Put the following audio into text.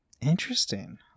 Interesting